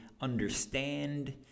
understand